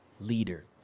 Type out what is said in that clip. leader